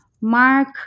Mark